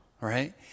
right